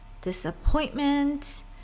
disappointment